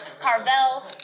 Carvel